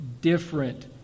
different